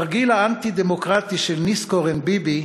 התרגיל האנטי-דמוקרטי של ניסנקורן-ביבי,